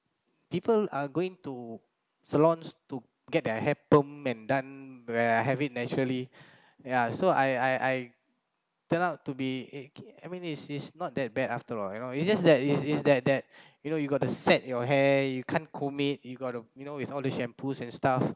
people are going to salons to get their hair permed and done where I have it naturally ya so I I I turn out to be eh I mean is is not that bad after all you know it's just that is is that that you know you got to set your hair you can't comb it you got to you know with all the shampoos and stuff